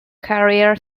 carrier